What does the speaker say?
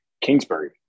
Kingsbury